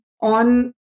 on